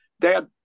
Dad